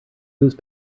whose